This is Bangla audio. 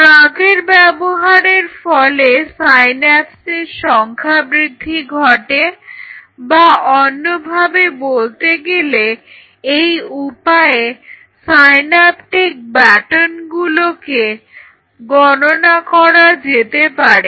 ড্রাগের ব্যবহারের ফলে সাইন্যাপসের সংখ্যা বৃদ্ধি ঘটে বা অন্যভাবে বলতে গেলে এই উপায়ে সাইন্যাপটিক বাটনগুলোকে গণনা করা যেতে পারে